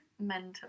mental